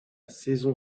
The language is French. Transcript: saison